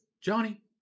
Johnny